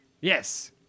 Yes